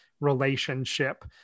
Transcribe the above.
relationship